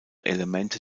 elemente